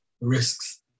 risks